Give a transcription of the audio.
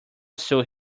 sue